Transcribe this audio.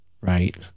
Right